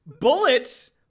Bullets